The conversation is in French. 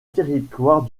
territoire